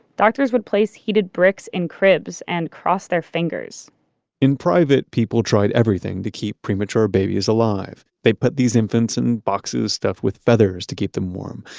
doctors would place heated bricks in cribs and cross their fingers in private, people tried everything to keep premature babies alive. they put these infants in boxes stuffed with feathers to keep them warm.